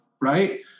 right